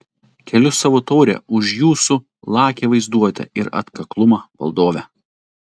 keliu savo taurę už jūsų lakią vaizduotę ir atkaklumą valdove